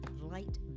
light